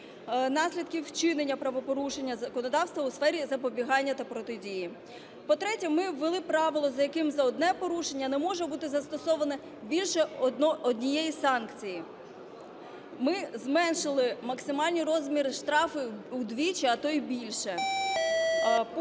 наслідків вчинення правопорушення законодавства у сфері запобігання та протидії; по-третє, ми ввели правило, за яким за одне порушення не може бути застосовано більше однієї санкції. Ми зменшили максимальний розмір штрафів удвічі, а то і більше.